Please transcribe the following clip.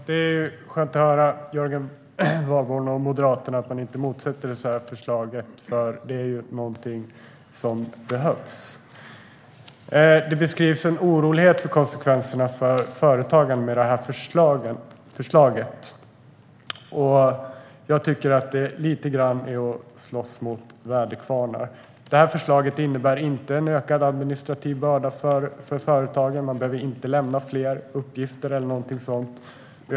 Herr talman! Det är skönt att höra att Jörgen Warborn och Moderaterna inte motsätter sig förslaget, för detta är ju någonting som behövs. Man beskriver en oro för konsekvenserna för företagarna av detta förslag. Jag tycker att det lite grann är att slåss mot väderkvarnar. Förslaget innebär inte en ökad administrativ börda för företagen; de behöver inte lämna fler uppgifter eller någonting sådant.